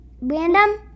Random